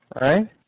Right